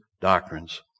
doctrines